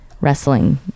wrestling